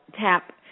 TAP